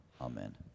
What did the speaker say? Amen